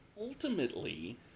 ultimately